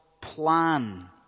plan